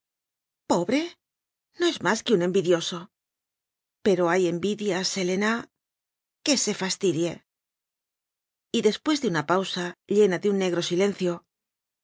pobre no es más que un envidioso pero hay envidias helena que se fastidie y después de una pausa llena de un negro silencio